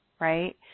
right